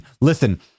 Listen